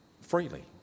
freely